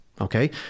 Okay